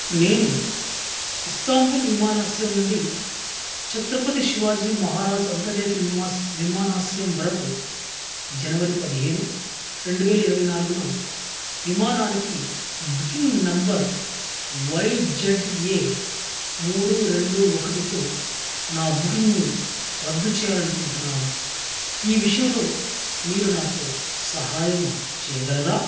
నేను ఇస్తాంబుల్ విమానాశ్రయం నుండి ఛత్రపతి శివాజీ మహారాజ్ అంతర్జాతీయ విమానాశ్రయం వరకు జనవరి పదిహేను రెండు వేల ఇరవై నాలుగున విమానానికి బుకింగ్ నంబర్ వై జెడ్ మూడు రెండు ఒకటితో నా బుకింగ్ను రద్దు చేయాలి అనుకుంటున్నాను ఈ విషయంలో మీరు నాకు సహాయం చేయగలరా